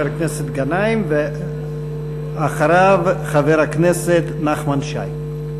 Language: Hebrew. חבר הכנסת גנאים, ואחריו, חבר הכנסת נחמן שי.